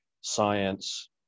science